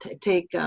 take